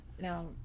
now